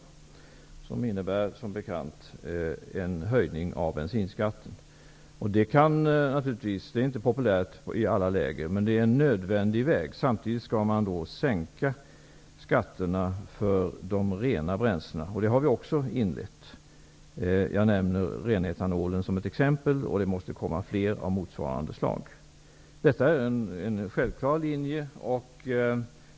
Dessa innebär som bekant en höjning av bensinskatten. Det är inte populärt i alla lägen, men det är en nödvändig väg. Samtidigt skall man sänka skatterna för de rena bränslena. Den processen har vi också inlett. Jag nämner renetanolen som ett exempel i svaret, och det måste komma flera av motsvarande slag. Detta är en självklar linje.